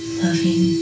loving